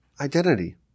identity